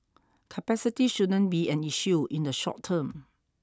capacity shouldn't be an issue in the short term